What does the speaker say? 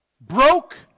broke